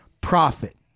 profit